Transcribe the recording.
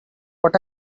what